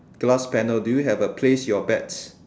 glass panel do you have a place your bets